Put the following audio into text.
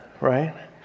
right